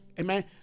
amen